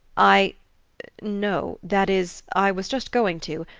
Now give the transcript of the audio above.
i no that is, i was just going to.